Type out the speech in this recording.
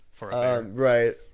Right